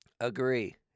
Agree